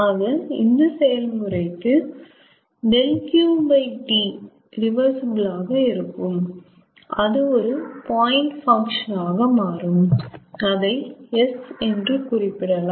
ஆக இந்த செயல்முறைக்கு 𝛿𝑄T ரிவர்சிபிள் ஆக இருக்கும் அது ஒரு பாயிண்ட் பங்க்ஷன் ஆக மாறும் அதை S என்று குறிப்பிடலாம்